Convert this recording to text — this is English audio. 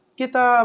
kita